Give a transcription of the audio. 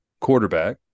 quarterback